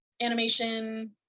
animation